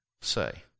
say